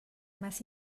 más